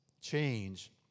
change